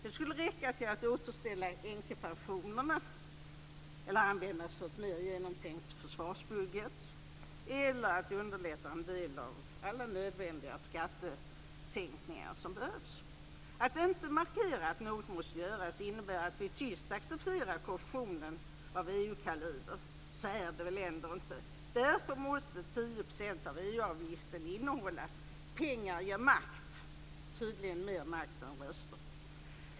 De skulle räcka till att återställa änkepensionerna, att användas för en mer genomtänkt försvarsbudget eller att underlätta en del av alla de nödvändiga skattesänkningar som behövs. Att inte markera att något måste göras innebär att vi tyst accepterar korruptionen av EU kaliber. Så är det väl ändå inte? Därför måste 10 % av EU-avgiften innehållas! Pengar ger makt - tydligen mer makt än röster.